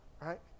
Right